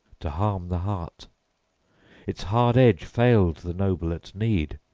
to harm the heart its hard edge failed the noble at need,